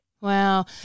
wow